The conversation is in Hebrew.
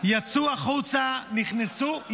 יצאו החוצה, נכנסו.